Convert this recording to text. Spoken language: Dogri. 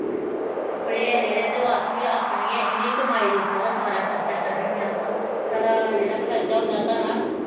कपड़े ऐ जेह्ड़े ते ओह् अस बी अपने गै इ'नें कमाई दे उप्पर गै सारा खर्चा करने होन्ने अस साढ़ा जेह्ड़ा खर्चा होंदा घरा